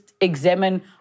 Examine